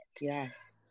Yes